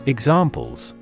Examples